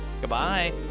Goodbye